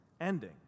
ending